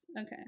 Okay